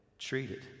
Treated